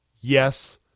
Yes